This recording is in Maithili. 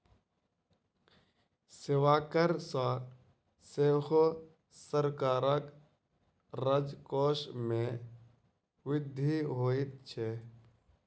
सेवा कर सॅ सेहो सरकारक राजकोष मे वृद्धि होइत छै